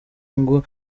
ngo